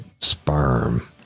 sperm